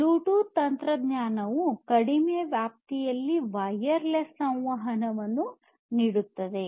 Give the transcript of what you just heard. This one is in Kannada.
ಬ್ಲೂಟೂತ್ ತಂತ್ರಜ್ಞಾನವು ಕಡಿಮೆ ವ್ಯಾಪ್ತಿಯಲ್ಲಿ ವೈರ್ಲೆಸ್ ಸಂವಹನವನ್ನು ನೀಡುತ್ತದೆ